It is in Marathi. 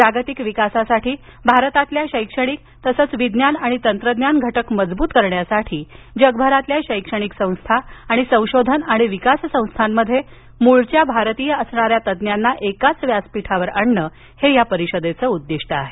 जागतिक विकासासाठी भारतातील शैक्षणिक तसच विज्ञान आणि तंत्रज्ञान घटक मजबूत करण्यासाठी जगभरातील शैक्षणिक संस्था आणि संशोधन आणि विकास संस्थांमध्ये मूळ भारतीय असणाऱ्या तज्ञाना एकाच व्यासपीठावर आणणे हे या परिषदेचे उद्दीष्ट आहे